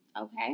Okay